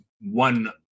one